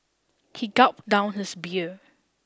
he gulped down his beer